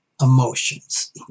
Emotions